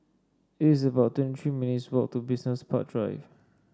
it is about twenty three minutes' walk to Business Park Drive